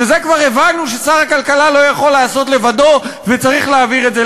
שכבר הבנו ששר הכלכלה לא יכול לעשות לבדו וצריך להעביר את זה.